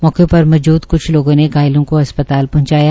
मौके पर मौजूद कुछ लोगों ने घायलों का अस्पताल पहंचाया